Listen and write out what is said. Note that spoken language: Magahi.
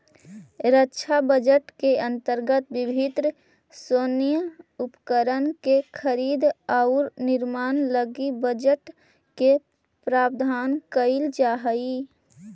रक्षा बजट के अंतर्गत विभिन्न सैन्य उपकरण के खरीद औउर निर्माण लगी बजट के प्रावधान कईल जाऽ हई